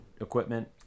equipment